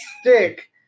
stick